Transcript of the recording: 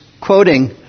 quoting